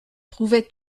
trouvait